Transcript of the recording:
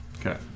Okay